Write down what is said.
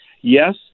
yes